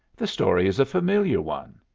the story is a familiar one.